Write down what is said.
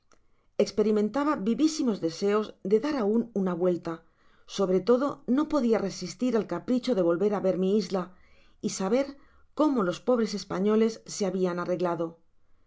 esperimentaba vivisimos deseos de dar aun una vuelta sobre todo no podia resistir al capricho de volver á ver mi isla y saber cómo los pobres españoles se habian arreglado la